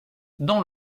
dans